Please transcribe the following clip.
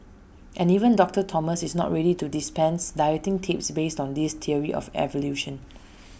and even doctor Thomas is not ready to dispense dieting tips based on this theory of evolution